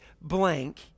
blank